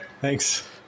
Thanks